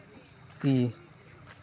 ᱛᱤ